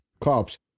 cops